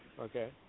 Okay